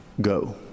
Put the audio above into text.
go